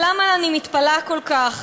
אבל למה אני מתפלאת כל כך?